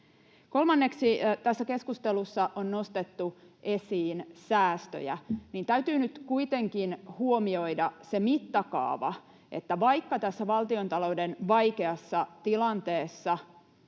Kolmanneksi: Kun tässä keskustelussa on nostettu esiin säästöjä, niin täytyy nyt kuitenkin huomioida se mittakaava, että vaikka tässä valtiontalouden vaikeassa tilanteessa